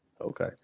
Okay